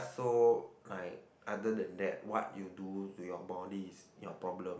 so like other than that what you do to your bodies is your problem